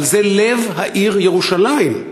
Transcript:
אבל זה לב העיר ירושלים.